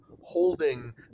holding